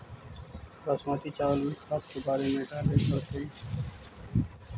बासमती चावल में खाद के बार डाले पड़तै?